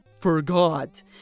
forgot